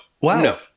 Wow